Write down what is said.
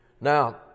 Now